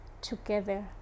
together